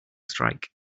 strike